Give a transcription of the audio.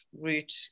route